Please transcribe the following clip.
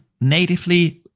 natively